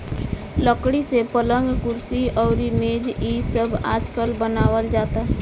लकड़ी से पलंग, कुर्सी अउरी मेज़ इ सब आजकल बनावल जाता